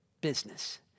business